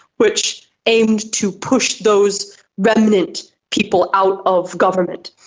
which aimed to push those remnant people out of government.